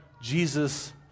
Jesus